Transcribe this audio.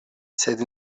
sed